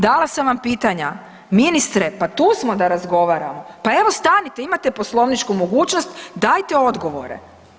Dala sam vam pitanja, ministre pa tu smo da razgovaramo, pa evo stanite imate poslovničku mogućnost dajte odgovore.